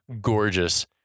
gorgeous